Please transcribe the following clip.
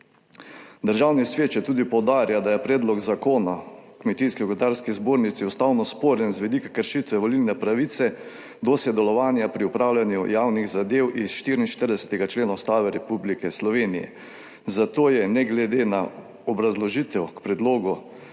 Državni svet še tudi poudarja, da je predlog zakona o Kmetijsko gozdarski zbornici ustavno sporen z vidika kršitve volilne pravice do sodelovanja pri upravljanju javnih zadev iz 44. člena Ustave Republike Slovenije. Zato je ne glede na obrazložitev k predlogu